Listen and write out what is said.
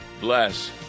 bless